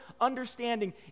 understanding